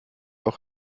auch